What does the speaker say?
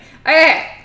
Okay